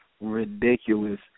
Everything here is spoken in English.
ridiculous